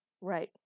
Right